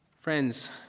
Friends